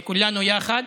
עם כולנו יחד,